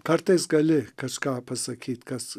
kartais gali kažką pasakyt kas